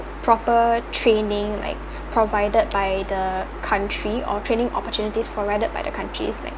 proper training like provided by the country or training opportunities provided by the countries